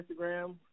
Instagram